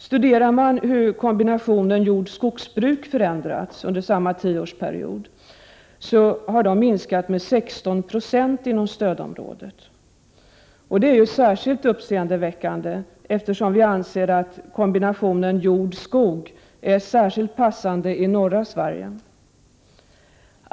Studerar man hur kombinationen jordbruk-skogsbruk har förändrats under samma tioårsperiod, finner man att minskningen har varit 16 20 inom stödområdet. Det är särskilt uppseendeväckande, eftersom kombinationen jord-skog anses vara särskilt passande i norra Sverige.